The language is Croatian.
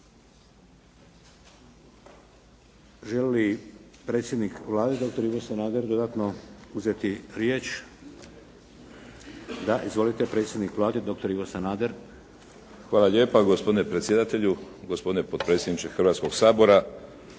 Hvala lijepa. Gospodine predsjedatelju, gospodine potpredsjedniče Hrvatskog sabora.